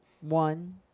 one